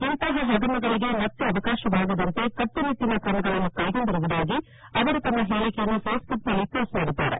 ಇಂತಹ ಹಗರಣಗಳಿಗೆ ಮತ್ತೆ ಅವಕಾಶವಾಗದಂತೆ ಕಟ್ಟುನಿಟ್ಟಿನ ಕ್ರಮಗಳನ್ನು ಕೈಗೊಂಡಿರುವುದಾಗಿ ಅವರು ತಮ್ಮ ಹೇಳಿಕೆಯನ್ನು ಫೇಸ್ಬುಕ್ನಲ್ಲಿ ಪೋಸ್ಟ್ ಮಾಡಿದ್ದಾರೆ